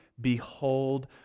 behold